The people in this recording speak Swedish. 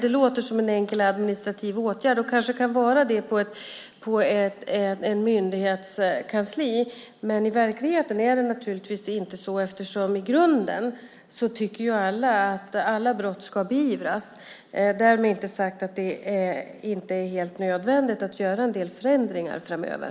Det låter som en enkel administrativ åtgärd, och det kanske kan vara det på ett myndighetskansli, men i verkligheten är det naturligtvis inte så eftersom alla ju i grunden tycker att alla brott ska beivras. Därmed inte sagt att det inte är helt nödvändigt att göra en del förändringar framöver.